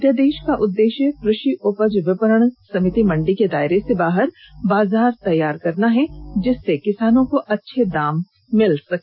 अध्यादेश का उद्देश्य कृषि उपज विपणन समिति मंडी के दायरे से बाहर बाजार उपलब्ध कराना है जिससे किसानों को अच्छे दाम मिल सके